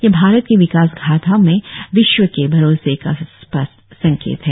यह भारत की विकास गाथा में विश्व के भरोसे का स्पष्ट संकेत है